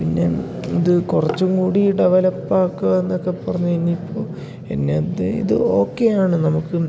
പിന്നെ ഇത് കുറച്ചും കൂടി ഡെവലപ്പാക്കുക എന്നൊക്കെ പറഞ്ഞ് കഴിഞ്ഞിപ്പോൾ എന്നത് ഇത് ഓക്കെയാണ് നമുക്കും